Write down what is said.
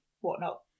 whatnot